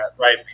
right